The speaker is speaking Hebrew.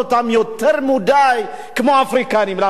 מכיוון שהאפריקנים הם שחורים, הם בולטים ביותר.